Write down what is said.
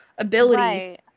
ability